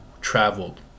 traveled